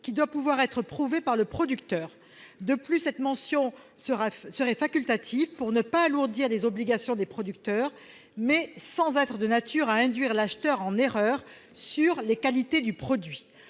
qui doit pouvoir être prouvée par le producteur. De plus, cette mention serait facultative pour ne pas alourdir les obligations des producteurs, mais sans être de nature à induire l'acheteur en erreur sur les qualités du produit.